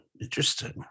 interesting